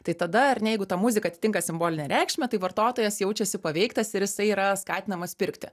tai tada ar ne jeigu ta muzika atitinka simbolinę reikšmę tai vartotojas jaučiasi paveiktas ir jisai yra skatinamas pirkti